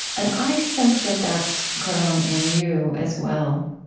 and i sense that that's grown in you as well.